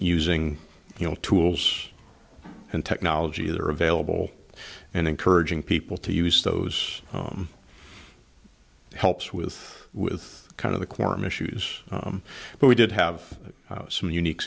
know tools and technology that are available and encouraging people to use those helps with with kind of the quorum issues but we did have some unique